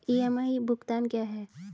EMI भुगतान क्या है?